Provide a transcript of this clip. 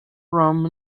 rum